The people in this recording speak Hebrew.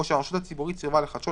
או שהרשות הציבורית סירבה לחדשו,